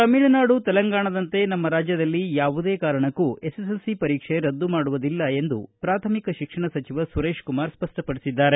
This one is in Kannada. ತಮಿಳುನಾಡು ತೆಲಂಗಾಣದಂತೆ ನಮ್ಮ ರಾಜ್ಯದಲ್ಲಿ ಯಾವುದೇ ಕಾರಣಕ್ಕೂ ಎಸ್ಎಸ್ಎಲ್ಸಿ ಪರೀಕ್ಷೆ ರದ್ದು ಮಾಡುವುದಿಲ್ಲ ಎಂದು ಪ್ರಾಥಮಿಕ ಶಿಕ್ಷಣ ಸಚಿವ ಸುರೇಶ್ಕುಮಾರ್ ಸ್ವಪಡಿಸಿದ್ದಾರೆ